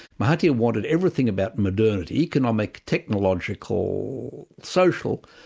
mahathir wanted everything about modernity, economic, technological, social,